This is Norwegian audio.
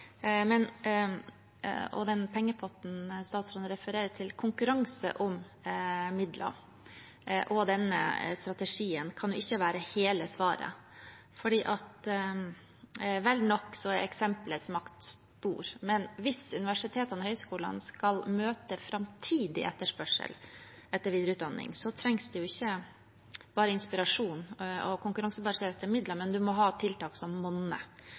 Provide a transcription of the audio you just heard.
Men den pengepotten statsråden refererer til, konkurranse om midler og denne strategien kan ikke være hele svaret. Vel er eksempelets makt stor, men hvis universitetene og høyskolene skal møte framtidig etterspørsel etter videreutdanning, trengs det ikke bare inspirasjon og konkurransebaserte midler, men man må ha tiltak som monner.